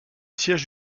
siège